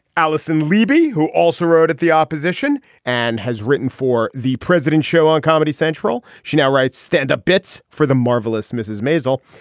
allison libby who also wrote at the opposition and has written for the president's show on comedy central. she now writes standup bits for the marvelous mrs. masel.